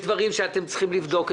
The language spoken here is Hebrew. יש דברים שאתם צריכים לבדוק,